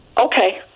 Okay